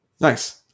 Nice